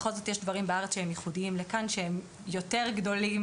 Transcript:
בכל זאת יש בארץ דברים שהם ייחודים לכאן והם יותר גדולים